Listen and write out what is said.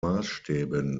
maßstäben